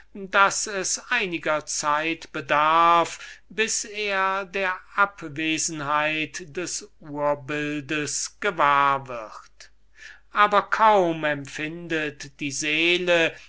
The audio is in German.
daß es einige zeit braucht bis er der abwesenheit des urbildes gewahr wird aber kaum empfindet die seele